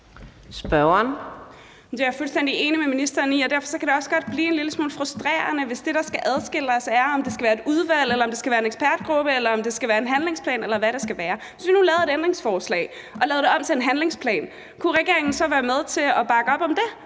er jeg fuldstændig enig med ministeren i. Derfor kan det også godt blive en lille smule frustrerende, hvis det, der skal adskille os, er, om det skal være et udvalg, en ekspertgruppe eller en handlingsplan, eller hvad det skal være. Hvis vi nu lavede et ændringsforslag og lavede det om til en handlingsplan, kunne regeringen så være med til at bakke op om det,